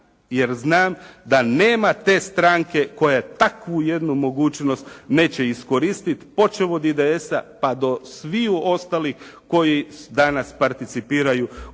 jer znam da nema te stranke koja takvu jednu mogućnost neće iskoristiti počev od IDS-a pa do sviju ostalih koji danas participiraju u javnom